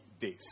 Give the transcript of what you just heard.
days